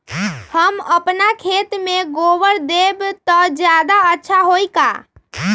हम अपना खेत में गोबर देब त ज्यादा अच्छा होई का?